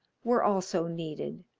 were also needed